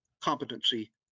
competency